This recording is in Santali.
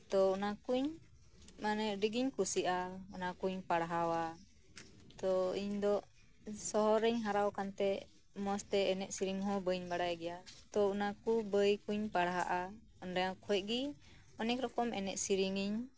ᱛᱚ ᱚᱱᱟ ᱠᱚᱧ ᱢᱟᱱᱮ ᱟᱰᱤ ᱜᱮᱧ ᱠᱩᱥᱤᱜᱼᱟ ᱚᱱᱟ ᱠᱚᱧ ᱯᱟᱲᱦᱟᱣᱟ ᱛᱚ ᱤᱧ ᱫᱚ ᱥᱚᱦᱚᱨ ᱨᱮᱧ ᱦᱟᱨᱟᱣ ᱠᱟᱱᱛᱮ ᱢᱚᱸᱡᱽ ᱛᱮ ᱮᱱᱮᱡ ᱥᱮᱨᱮᱧ ᱦᱚᱸ ᱵᱟᱹᱧ ᱵᱟᱲᱟᱭ ᱜᱮᱭᱟ ᱛᱚ ᱚᱱᱟ ᱠᱚ ᱵᱳᱭ ᱠᱚᱧ ᱯᱟᱲᱦᱟᱜᱼᱟ ᱚᱸᱰᱮ ᱠᱷᱚᱡ ᱜᱤ ᱚᱱᱮᱠ ᱨᱚᱠᱚᱢ ᱮᱱᱮᱡ ᱥᱮᱨᱮᱧᱤᱧ